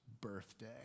birthday